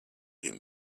him